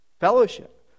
fellowship